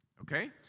okay